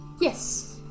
Yes